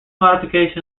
modification